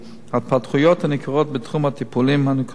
ההתפתחויות הניכרות בתחום הטיפולים האונקולוגיים,